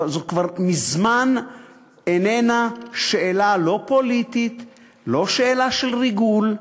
זו כבר מזמן איננה שאלה לא פוליטית ולא שאלה של ריגול.